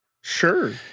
Sure